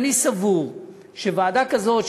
אני סבור שוועדה כזאת,